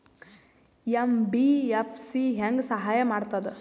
MBFC ಹೆಂಗ್ ಸಹಾಯ ಮಾಡ್ತದ?